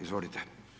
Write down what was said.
Izvolite.